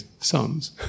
sons